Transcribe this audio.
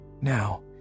now